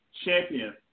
champion